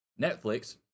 Netflix